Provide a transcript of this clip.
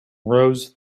rows